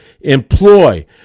employ